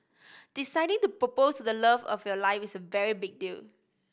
deciding to propose to the love of your life is a very big deal